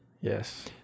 Yes